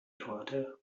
torte